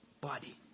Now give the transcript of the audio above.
body